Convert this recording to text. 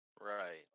Right